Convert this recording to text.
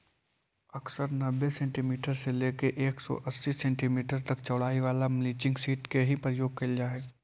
अक्सर नब्बे सेंटीमीटर से लेके एक सौ अस्सी सेंटीमीटर तक चौड़ाई वाला मल्चिंग सीट के ही प्रयोग कैल जा हई